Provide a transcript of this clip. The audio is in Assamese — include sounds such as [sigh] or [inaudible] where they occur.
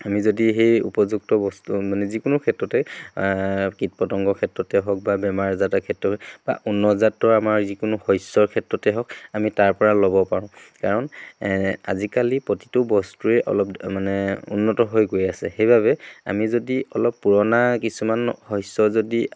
আমি যদি সেই উপযুক্ত বস্তু মানে যিকোনো ক্ষেত্ৰতেই কীট পতংগৰ ক্ষেত্ৰতেই হওক বা বেমাৰ আজাৰ [unintelligible] ক্ষেত্ৰতে বা উন্নত জাতৰ আমাৰ যিকোনো শস্যৰ ক্ষেত্ৰতে হওক আমি তাৰ পৰা ল'ব পাৰোঁ কাৰণ আজিকালি প্ৰতিটো বস্তুৱেই অলপ মানে উন্নত হৈ গৈ আছে সেইবাবে আমি যদি অলপ পুৰণা কিছুমান শস্য যদি